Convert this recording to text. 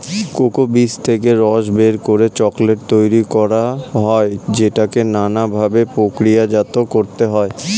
cocoa বীজ থেকে রস বের করে চকোলেট তৈরি করা হয় যেটাকে নানা ভাবে প্রক্রিয়াজাত করতে হয়